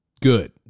good